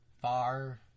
Far